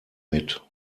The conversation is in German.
mit